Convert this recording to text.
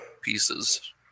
pieces